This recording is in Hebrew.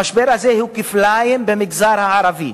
המשבר הזה הוא כפליים במגזר הערבי,